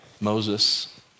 Moses